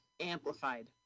amplified